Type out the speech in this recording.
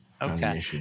Okay